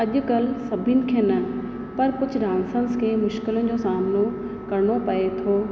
अॼु कल्ह सभीनि खे न परि कुझु डांसर्स खे मुश्किलनि जो सामनो करिणो पए थो